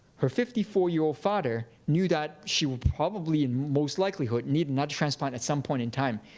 her fifty four year old father knew that she will probably, in most likelihood, need another transplant at some point in time,